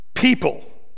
people